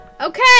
Okay